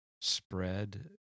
spread